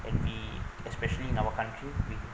and we especially in our country